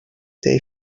they